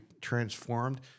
transformed